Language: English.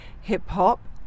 hip-hop